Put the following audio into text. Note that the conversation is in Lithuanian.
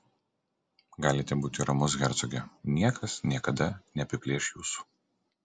galite būti ramus hercoge niekas niekada neapiplėš jūsų